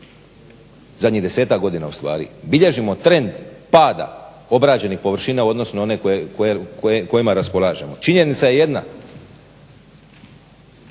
zadnjih desetak godina ustvari bilježimo trend pada obrađenih površina u odnosu na one kojima raspolažemo. Činjenica je jedna